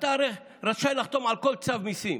אתה הרי רשאי לחתום על כל צו מיסים,